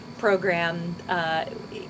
Program